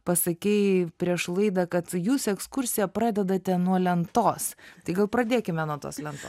pasakei prieš laidą kad jūs ekskursiją pradedate nuo lentos tai gal pradėkime nuo tos lentos